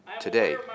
Today